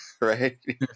Right